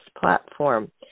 platform